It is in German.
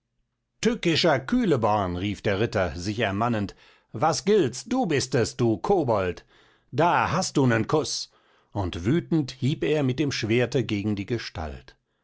tückischer kühleborn rief der ritter sich ermannend was gilt's du bist es du kobold da hast du nen kuß und wütend hieb er mit dem schwerte gegen die gestalt